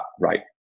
right